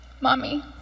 Mommy